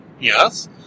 yes